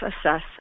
assess